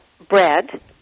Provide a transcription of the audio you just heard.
Bread